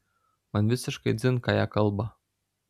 man visiškai dzin ką jie kalba